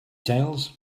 tales